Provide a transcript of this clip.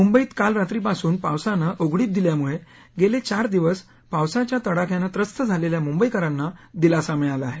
मुंबईत काल रात्रीपासून पावसानं उघडीप दिल्यामुळे गेले चार दिवस पावसाच्या तडाख्यानं त्रस्त झालेल्या मुंबईकरांना दिलासा मिळाला आहे